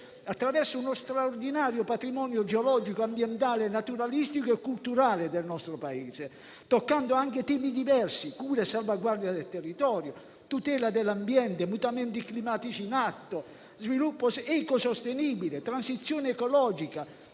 attraverso lo straordinario patrimonio geologico, ambientale, naturalistico e culturale del nostro Paese, toccando anche temi diversi: cura e salvaguardia del territorio, tutela dell'ambiente, mutamenti climatici in atto, sviluppo ecosostenibile, transizione ecologica,